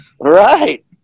right